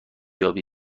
یابی